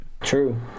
True